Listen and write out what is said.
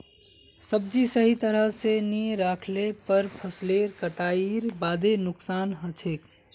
सब्जी सही तरह स नी राखले पर फसलेर कटाईर बादे नुकसान हछेक